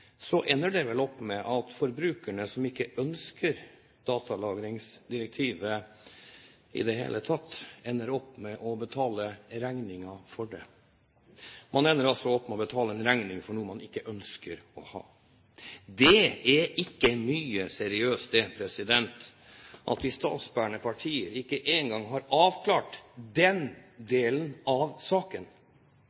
så fint kaller seg for de statsbærende, ender det vel opp med at forbrukerne, som ikke ønsker datalagringsdirektivet i det hele tatt, betaler regningen for det. Man ender altså opp med å betale en regning for noe man ikke ønsker å ha. Det er ikke mye seriøst at de statsbærende partier ikke engang har avklart den